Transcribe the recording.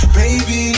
baby